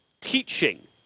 teaching